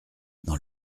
dans